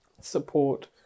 support